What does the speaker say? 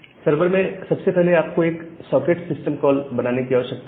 server में सबसे पहले आपको एक सॉकेट सिस्टम कॉल Server बनाने की आवश्यकता है